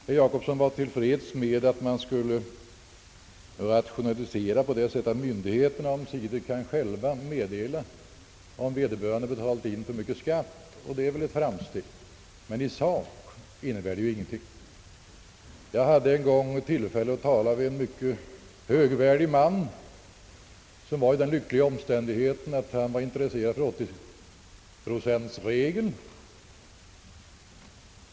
Herr Jacobsson var till freds med att man skulle rationalisera på det sättet att myndigheterna omsider själva skulle meddela om vederbörande betalat för mycket skatt. Det är väl ett framsteg, men i sak innebär det ju ingenting. Jag hade en gång tillfälle att tala med en mycket högvördig man, som var i den lyckliga omständigheten att han var intresserad för 80-procentregeiln.